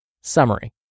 Summary